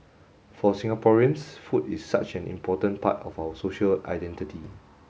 for Singaporeans food is such an important part of our social identity